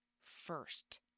first